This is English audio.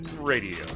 Radio